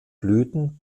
blüten